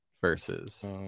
versus